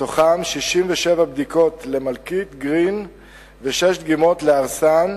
מתוכן 67 בדיקות למלכיט גרין ושש דגימות לארסן.